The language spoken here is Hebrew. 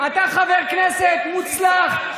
אתה חבר כנסת מוצלח,